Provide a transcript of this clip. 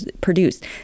produced